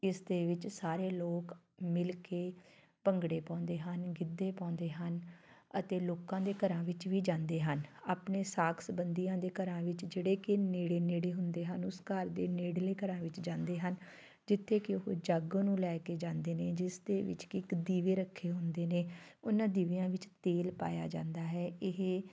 ਇਸ ਦੇ ਵਿੱਚ ਸਾਰੇ ਲੋਕ ਮਿਲ ਕੇ ਭੰਗੜੇ ਪਾਉਂਦੇ ਹਨ ਗਿੱਧੇ ਪਾਉਂਦੇ ਹਨ ਅਤੇ ਲੋਕਾਂ ਦੇ ਘਰਾਂ ਵਿੱਚ ਵੀ ਜਾਂਦੇ ਹਨ ਆਪਣੇ ਸਾਕ ਸਬੰਧੀਆਂ ਦੇ ਘਰਾਂ ਵਿੱਚ ਜਿਹੜੇ ਕਿ ਨੇੜੇ ਨੇੜੇ ਹੁੰਦੇ ਹਨ ਉਸ ਘਰ ਦੇ ਨੇੜਲੇ ਘਰਾਂ ਵਿੱਚ ਜਾਂਦੇ ਹਨ ਜਿੱਥੇ ਕਿ ਉਹ ਜਾਗੋ ਨੂੰ ਲੈ ਕੇ ਜਾਂਦੇ ਨੇ ਜਿਸ ਦੇ ਵਿੱਚ ਇੱਕ ਦੀਵੇ ਰੱਖੇ ਹੁੰਦੇ ਨੇ ਉਹਨਾਂ ਦੀਵਿਆਂ ਵਿੱਚ ਤੇਲ ਪਾਇਆ ਜਾਂਦਾ ਹੈ ਇਹ